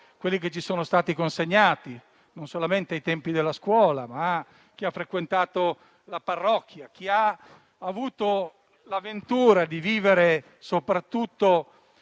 quelli che ci sono stati consegnati non solamente ai tempi della scuola, ma anche a chi ha frequentato la parrocchia, a chi ha avuto la ventura di vivere soprattutto